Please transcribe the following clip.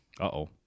Uh-oh